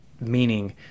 meaning